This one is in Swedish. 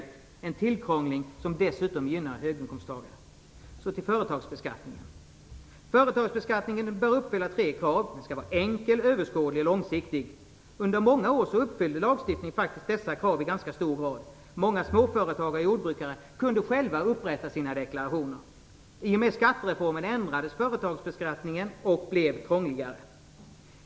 Det är en tillkrångling som dessutom gynnar höginkomsttagare. Så till företagsbeskattningen. Företagsbeskattningen bör uppfylla tre krav. Den skall vara enkel, överskådlig och långsiktig. Under många år uppfyllde lagstiftningen dessa krav i ganska hög grad. Många småföretagare och jordbrukare kunde själva upprätta sina deklarationer. I och med skattereformen ändrades företagsbeskattningen och blev krångligare.